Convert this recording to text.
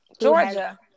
Georgia